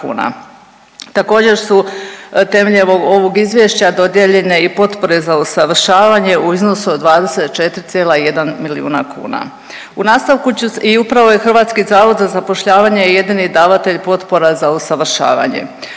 Također su temeljem ovog Izvješća dodijeljene i potpore za usavršavanje u iznosu od 24,1 milijuna kuna. U nastavku ću i upravo je HZZ jedini davatelj potpora za usavršavanje.